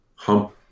hump